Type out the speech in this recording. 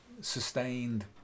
sustained